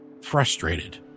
frustrated